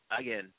again